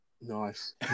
Nice